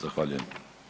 Zahvaljujem.